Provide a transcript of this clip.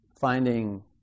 Finding